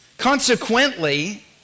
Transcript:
Consequently